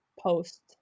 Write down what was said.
post